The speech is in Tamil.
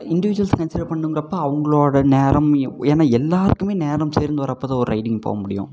இண்டிவிஜுவல்ஸ் கன்சிடர் பண்ணணும்ங்குறப்ப அவங்களோட நேரம் ஏன்னால் எல்லாேருக்குமே நேரம் சேர்ந்து வர்றப்போ தான் ஒரு ரைடிங் போக முடியும்